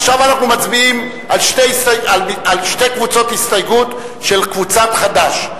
עכשיו אנחנו מצביעים על שתי קבוצות הסתייגות של קבוצת סיעת חד"ש.